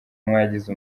mwagize